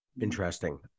Interesting